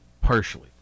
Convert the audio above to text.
partially